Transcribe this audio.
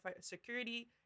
security